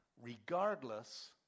regardless